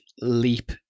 leap